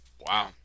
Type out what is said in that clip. Wow